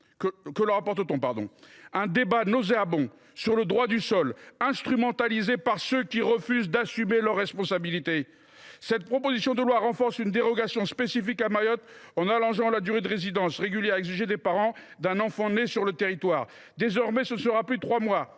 Un débat nauséabond sur le droit du sol, instrumentalisé par ceux qui refusent d’assumer leurs responsabilités. La présente proposition de loi renforce un régime dérogatoire spécifique à Mayotte en allongeant la durée de résidence régulière exigée des parents d’un enfant né sur le territoire. Désormais, ce ne sera plus trois mois,